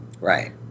Right